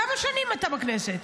כמה שנים אתה בכנסת?